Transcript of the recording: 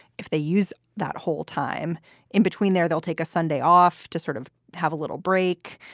if they use that whole time in between there, they'll take a sunday off to sort of have a little break.